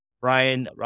Ryan